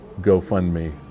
GoFundMe